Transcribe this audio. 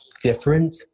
different